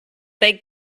big